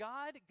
God